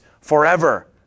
forever